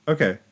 Okay